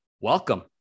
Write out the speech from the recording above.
welcome